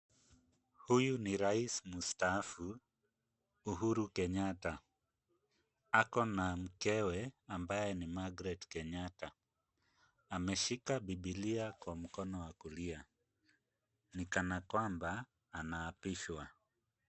Huyu ni rais mstaafu Uhuru Kenyatta. Ako na mkewe ambaye ni Margaret Kenyatta. Ameshika Bibilia kwa mkono wa kulia ni kana kwamba anaapishwa.